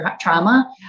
trauma